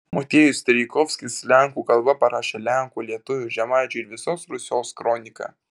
motiejus strijkovskis lenkų kalba parašė lenkų lietuvių žemaičių ir visos rusios kroniką